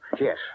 Yes